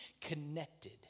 connected